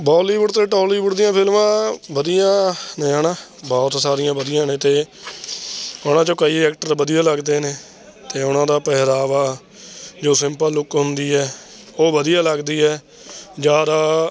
Bollywood ਅਤੇ ਟੋਲੀਵੁੱਡ ਦੀਆਂ ਫਿਲਮਾਂ ਵਧੀਆ ਨੇ ਹੈ ਨਾ ਬਹੁਤ ਸਾਰੀਆਂ ਵਧੀਆਂ ਨੇ ਅਤੇ ਉਹਨਾਂ 'ਚੋਂ ਕਈ ਐਕਟਰ ਵਧੀਆ ਲੱਗਦੇ ਨੇ ਅਤੇ ਉਹਨਾਂ ਦਾ ਪਹਿਰਾਵਾ ਜੋ ਸਿੰਪਲ ਲੁੱਕ ਹੁੰਦੀ ਹੈ ਉਹ ਵਧੀਆ ਲੱਗਦੀ ਹੈ ਜ਼ਿਆਦਾ